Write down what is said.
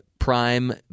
Prime